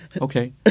okay